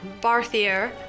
Barthier